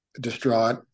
distraught